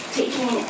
taking